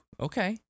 okay